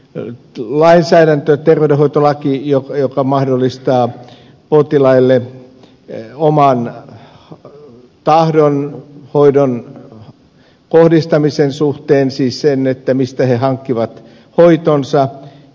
on lainsäädäntö terveydenhoitolaki joka mahdollistaa potilaille oman tahdon hoidon kohdistamisen suhteen siis sen suhteen mistä he hankkivat hoitonsa